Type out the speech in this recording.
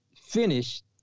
finished